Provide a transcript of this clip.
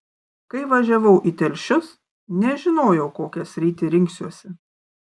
kai važiavau į telšius nežinojau kokią sritį rinksiuosi